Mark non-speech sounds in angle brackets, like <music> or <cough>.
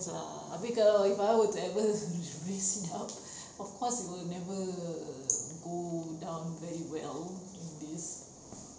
habis if I were to ever raise it up <laughs> of course it will never go down very well in this